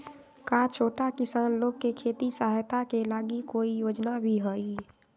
का छोटा किसान लोग के खेती सहायता के लगी कोई योजना भी हई?